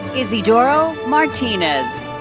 isidoro martinez.